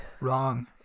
Wrong